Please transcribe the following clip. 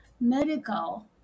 medical